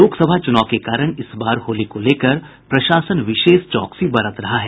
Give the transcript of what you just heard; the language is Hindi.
लोकसभा चुनाव के कारण इस बार होली को लेकर प्रशासन विशेष चौकसी बरत रहा है